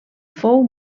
fou